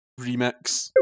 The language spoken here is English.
Remix